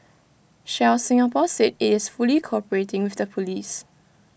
Shell Singapore said IT is fully cooperating with the Police